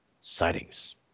sightings